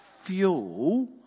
fuel